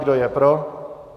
Kdo je pro?